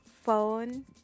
phone